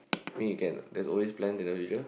I mean you can [what] there's always plans in the future